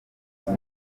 nka